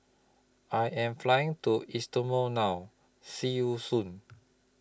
I Am Flying to East Timor now See YOU Soon